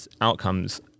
outcomes